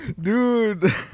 Dude